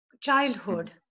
childhood